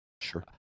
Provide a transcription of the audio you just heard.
Sure